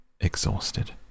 exhausted